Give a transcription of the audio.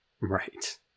Right